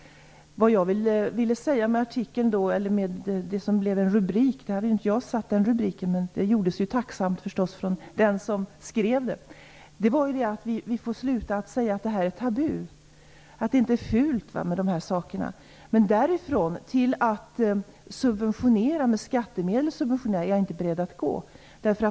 Det var inte jag som satte rubriken på artikeln; det gjordes tacksamt av den som skrev den. Men vad jag ville säga med artikeln var att vi måste sluta säga att sådana här saker är tabu och fult. Men därifrån till att subventionera verksamheten med skattemedel är jag inte beredd att gå.